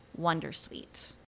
wondersuite